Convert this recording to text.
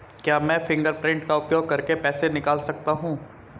क्या मैं फ़िंगरप्रिंट का उपयोग करके पैसे निकाल सकता हूँ?